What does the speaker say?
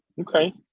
Okay